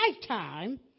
lifetime